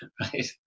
Right